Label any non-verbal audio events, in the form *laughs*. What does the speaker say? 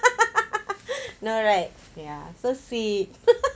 *laughs* no right ya so sweet *laughs*